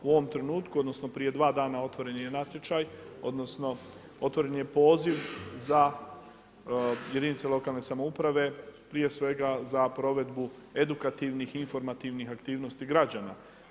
U ovom trenutku, odnosno prije 2 dana otvoren je i natječaj, odnosno otvoren je poziv za jedinice lokalne samouprave, prije svega za provedbu edukativnih i informativnih aktivnosti građana.